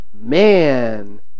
man